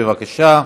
בבקשה.